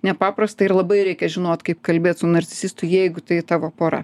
nepaprasta ir labai reikia žinot kaip kalbėt su narcisistu jeigu tai tavo pora